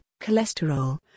cholesterol